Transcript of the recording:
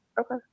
okay